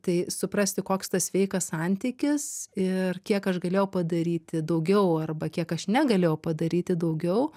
tai suprasti koks tas sveikas santykis ir kiek aš galėjau padaryti daugiau arba kiek aš negalėjau padaryti daugiau